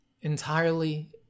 entirely